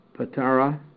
Patara